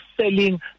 selling